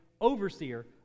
overseer